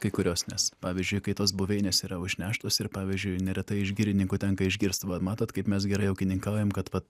kai kurios nes pavyzdžiui kai tos buveinės yra užneštos ir pavyzdžiui neretai iš girininkų tenka išgirst va matot kaip mes gerai ūkininkaujam kad vat